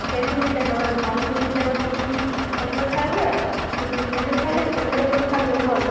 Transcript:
সে তুই দেখ মল খুলেছে এবার শুধু কি ছেলেদের থাকবে শুধু কি মেয়েদের থাকবে ছেলেদেরও তো থাকবে বল